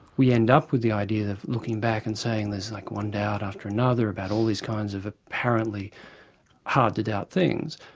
we end up with the idea of looking back and saying there's like one doubt after another about all these kinds of apparently hard-to-doubt things.